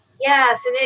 Yes